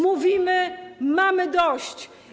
Mówimy: mamy dość.